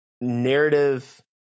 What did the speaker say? narrative